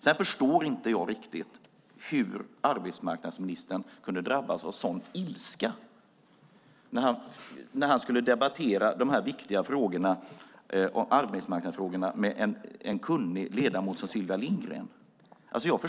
Jag förstår inte riktigt hur arbetsmarknadsministern kunde drabbas av sådan ilska när han skulle debattera de viktiga arbetsmarknadsfrågorna med en kunnig ledamot som Sylvia Lindgren.